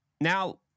now